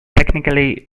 technically